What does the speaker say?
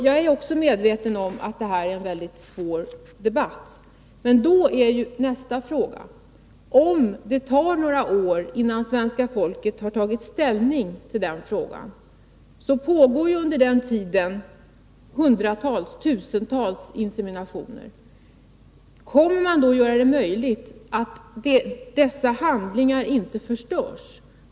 Jag är medveten om att det här handlar om en mycket svår debatt, men den inrymmer ytterligare ett problem: Om det tar några år innan svenska folket har tagit ställning till den här frågan, så kommer det under den tiden att göras hundratals eller tusentals inseminationer. Kommer man att se till att handlingarna i samband med dem inte förstörs?